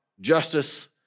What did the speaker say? justice